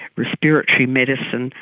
respiratory medicine.